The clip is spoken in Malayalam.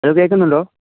ഹലോ കേള്ക്കുന്നുണ്ടോ